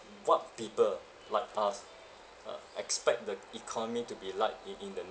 what people like us ah expect the economy to be like in in the